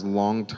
long